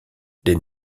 des